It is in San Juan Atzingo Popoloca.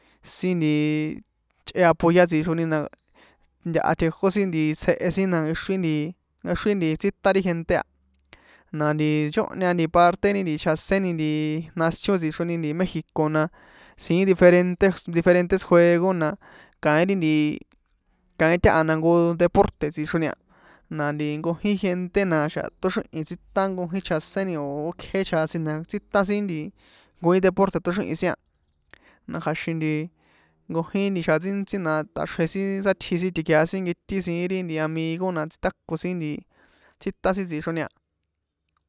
Sin nti chꞌe apoyar tsixroni na ntaha tjejó sin tsjehe sin na nkexrin nti nkexrin nti tsítan ri gente a na nchóhña parte ri chjaséni ntiii nación tsixroni nti mexico na siín diferentes diferentes juego na kaín ri nti kain taha na jnko deporte̱ tsixroni a na nti nkojin gente na̱xa̱ tóxrihi̱n tsítan nkojin chjaséni o̱ ókjé chjasin na tsítan sin nkojin deporte̱ tóxrihi̱n sin a na kja̱xin nti nkojin xjan ntsíntsí na tꞌaxrje sin sátsji sin tikjea sin nketín siín ri amigo na tsítako sin nti tsítan sin tsixroni a.